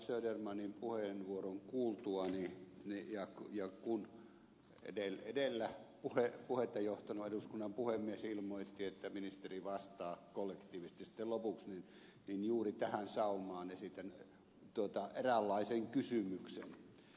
södermanin puheenvuoron kuultuani ja edellä puhetta johtaneen eduskunnan puhemiehen ilmoitettua että ministeri vastaa kollektiivisesti sitten lopuksi juuri tähän saumaan esitän eräänlaisen kysymyksen